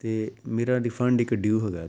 ਅਤੇ ਮੇਰਾ ਡਿਫੈਂਡ ਇੱਕ ਡਿਊ ਹੈਗਾ